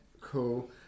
Cool